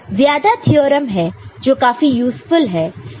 ज्यादा थ्योरम है जो काफी यूज़फुल है